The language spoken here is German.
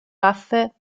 waffe